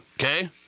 okay